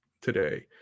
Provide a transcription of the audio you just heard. today